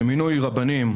שמינוי רבנים,